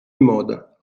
moda